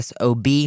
SOB